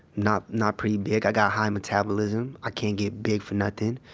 not not pretty big. i got high metabolism, i can't get big for nothing.